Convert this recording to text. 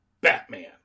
Batman